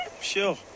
Sure